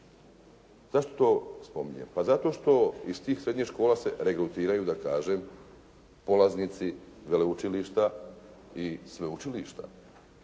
Zašto to spominjem? Pa zato što iz tih srednjih škola se regrutiraju, da kažem polaznici veleučilišta i sveučilišta,